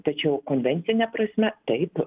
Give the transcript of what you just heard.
tačiau konvencine prasme taip